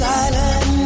Silent